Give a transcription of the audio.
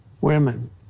women